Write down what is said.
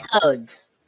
toads